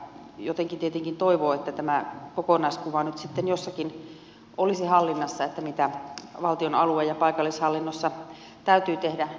jotenkin tietenkin toivoo että tämä kokonaiskuva siitä mitä valtion alue ja paikallishallinnossa täytyy tehdä nyt sitten jossakin olisi hallinnassa